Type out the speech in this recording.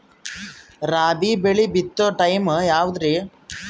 ರಾಬಿ ಬೆಳಿ ಬಿತ್ತೋ ಟೈಮ್ ಯಾವದ್ರಿ?